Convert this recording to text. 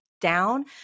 down